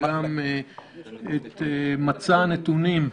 חילקנו גם את מצע הנתונים,